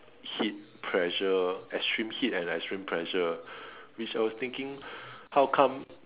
heat pressure extreme heat and extreme pressure which I was thinking how come